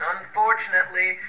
Unfortunately